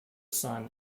sun